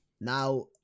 now